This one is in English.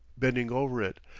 bending over it,